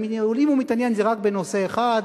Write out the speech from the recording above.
ואם הוא מתעניין זה רק בנושא אחד,